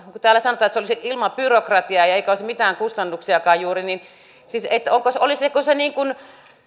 kun täällä sanotaan että se olisi ilman byrokratiaa eikä olisi mitään kustannuksiakaan juuri olisiko se niin kuin